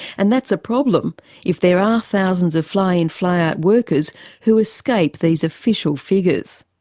and that's a problem if there are thousands of fly-in fly-out workers who escape these official figures.